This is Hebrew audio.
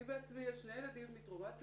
לי בעצמי יש שני ילדים מתרומת ביצית,